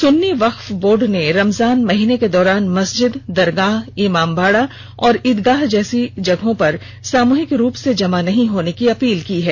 सुन्नी वक्फ बोर्ड ने रमजान महीने के दौरान मस्जिद दरगाह इमाम बाड़ा और ईदगाह जैसी जगहों पर सामूहिक रूप से जमा नहीं होने की अपील की है